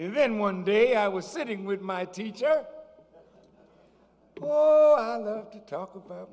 then one day i was sitting with my teacher to talk about